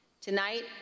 Tonight